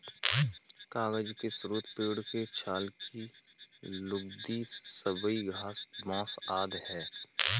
कागज के स्रोत पेड़ के छाल की लुगदी, सबई घास, बाँस आदि हैं